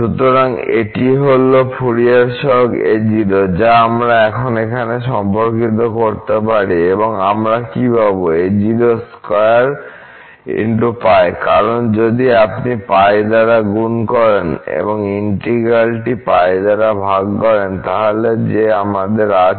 সুতরাং এটি হল ফুরিয়ার সহগ a0 যা আমরা এখন এখানে সম্পর্কিত করতে পারি এবং আমরা কি পাব কারণ যদি আপনি π দ্বারা গুণ করেন এবংইন্টিগ্র্যালটি π দ্বারা ভাগ করেন তাহলে যে আমাদের আছে